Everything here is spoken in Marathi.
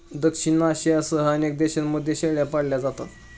दक्षिण आशियासह अनेक देशांमध्ये शेळ्या पाळल्या जातात